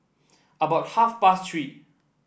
about half past Three